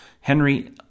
Henry